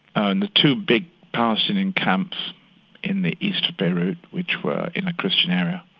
and the two big palestinian camps in the east of beirut, which were in a christian area,